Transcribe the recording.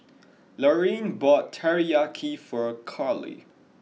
Lorine bought Teriyaki for Karlee